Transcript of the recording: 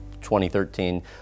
2013